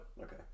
Okay